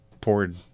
poured